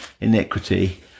iniquity